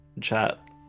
chat